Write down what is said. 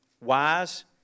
wise